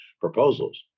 proposals